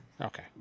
Okay